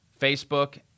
Facebook